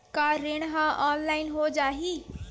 का ऋण ह ऑनलाइन हो जाही?